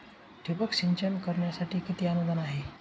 ठिबक सिंचन करण्यासाठी किती अनुदान आहे?